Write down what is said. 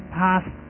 past